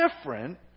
different